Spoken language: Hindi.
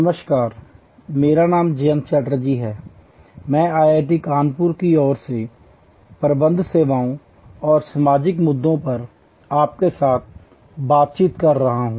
नमस्कार मेरा नाम जयंत चटर्जी है मैं IIT कानपुर की ओर से प्रबंध सेवाओं और समसामयिक मुद्दों पर आपके साथ बातचीत कर रहा हूं